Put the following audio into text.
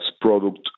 product